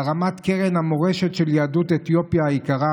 להרמת קרן המורשת של יהדות אתיופיה היקרה,